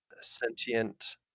sentient